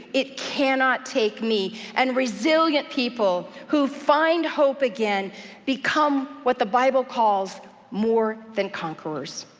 it cannot take me, and resilient people who find hope again become what the bible calls more than conquerors.